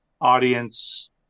audience